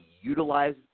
utilize